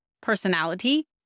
personality